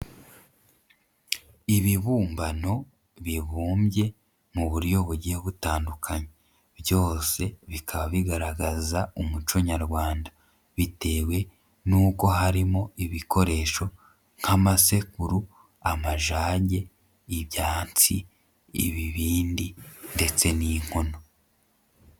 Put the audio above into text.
Ibibumbano bibumbye mu buryo bugiye butandukanye, byose bikaba bigaragaza umuco nyarwanda bitewe n'uko harimo ibikoresho nk'amasekuru, amajage, ibyayansi, ibibindi ndetse n'inkono.